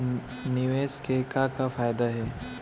निवेश के का का फयादा हे?